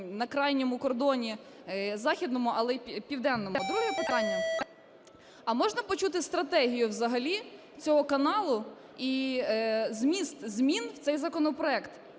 на крайньому кордоні західному, але й південному. Друге питання. А можна почути стратегію взагалі цього каналу і зміст змін в цей законопроект?